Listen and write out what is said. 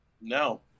No